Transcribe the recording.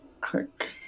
click